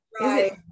Right